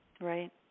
right